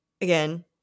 again